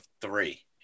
three